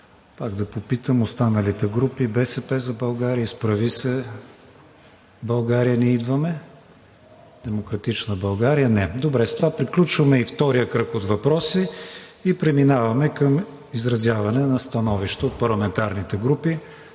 Пак да попитам останалите групи – „БСП за България“, „Изправи се БГ! Ние идваме!“, „Демократична България“? Не. Добре, с това приключваме и втория кръг от въпроси и преминаваме към изразяване на становища от парламентарните групи.